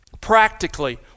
Practically